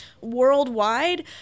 worldwide